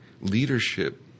leadership